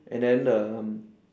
and then the